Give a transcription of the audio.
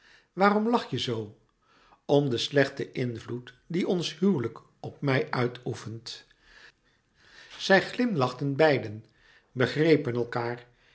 waarom lach je zoo om den slechten invloed dien ons huwelijk op mij uitoefent zij glimlachten beiden begrepen elkaâr